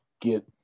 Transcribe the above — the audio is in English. get